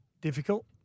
Difficult